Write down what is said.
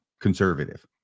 conservative